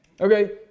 Okay